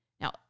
now